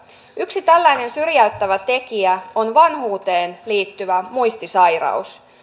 yksi tällainen syrjäyttävä tekijä on vanhuuteen liittyvä muistisairaus